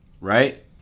right